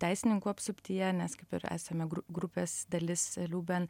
teisininkų apsuptyje nes kaip ir esame grupės dalis eliuben